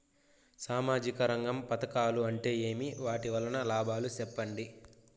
సామాజిక రంగం పథకాలు అంటే ఏమి? వాటి వలన లాభాలు సెప్పండి?